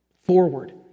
forward